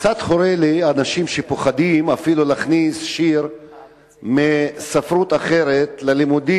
קצת חורה לי שיש אנשים שפוחדים להכניס אפילו שיר מספרות אחרת ללימודים,